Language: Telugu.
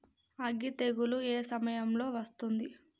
అగ్గి తెగులు ఏ సమయం లో వస్తుంది?